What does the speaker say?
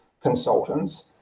consultants